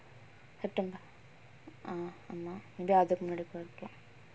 september ஆமா:aamaa may be அதுக்கு முன்னாடி கூட இருக்கலாம்:athukku munnadi kooda irukkalam